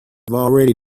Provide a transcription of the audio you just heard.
already